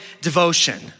Devotion